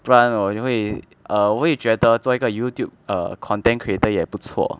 不然我就会 err 我会觉得做一个 Youtube err content creator 也不错